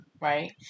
Right